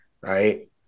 Right